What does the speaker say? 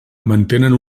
mantenen